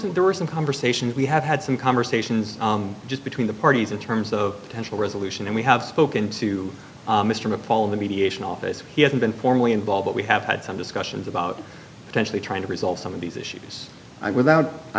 some there were some conversations we have had some conversations just between the parties in terms of potential resolution and we have spoken to mr mcfaul in the mediation office he hasn't been formally involve but we have had some discussions about potentially trying to resolve some of these issues without i